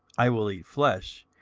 i will eat flesh,